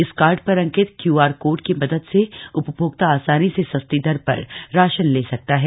इस कार्ड पर अंकित क्यूआर कोड की मदद से उपभोक्ता आसानी से सस्ती दर पर राशन ले सकता है